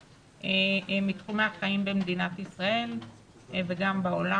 מתחומי החיים במדינת ישראל וגם בעולם,